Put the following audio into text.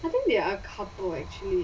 I think there are a couple actually